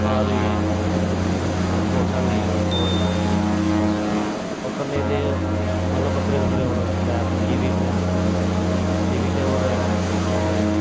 कार होई गेई मतलब मोटर सैकल होई गेआ होर बस होर कन्नै एह्दे मतलब बक्खरे बक्खरे होन मैप लिविक ऐ लिविक ऐ होर ऐ केह् आखदे